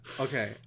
Okay